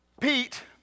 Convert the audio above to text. Pete